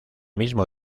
mismo